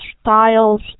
styles